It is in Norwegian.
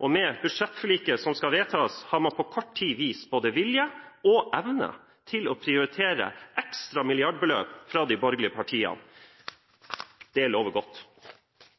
og med budsjettforliket som skal vedtas, har man fra de borgerlige partienes side på kort tid vist både vilje og evne til å prioritere ekstra milliardbeløp. Det lover godt.